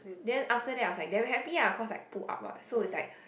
then after that I was like damn happy ah cause like pull up what so it's like